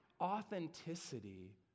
authenticity